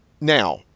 Now